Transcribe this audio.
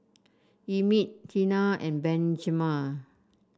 Emit Tina and Benjaman